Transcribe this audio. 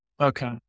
Okay